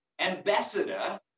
ambassador